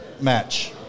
match